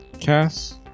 cast